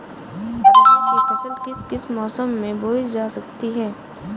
अरहर की फसल किस किस मौसम में बोई जा सकती है?